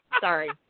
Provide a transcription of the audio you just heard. Sorry